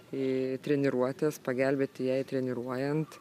į treniruotes pagelbėti jai treniruojant